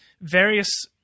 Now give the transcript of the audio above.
various